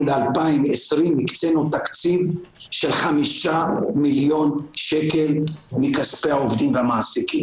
ל-2020 הקצינו תקציב של חמישה מיליון שקל מכספי העובדים והמעסיקים.